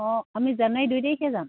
অঁ আমি জানুৱাৰী দুই তাৰিখে যাম